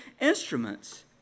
instruments